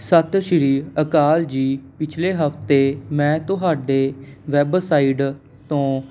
ਸਤਿ ਸ਼੍ਰੀ ਅਕਾਲ ਜੀ ਪਿਛਲੇ ਹਫਤੇ ਮੈਂ ਤੁਹਾਡੇ ਵੈੱਬਸਾਈਡ ਤੋਂ